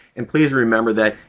and please remember that,